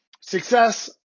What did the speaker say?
success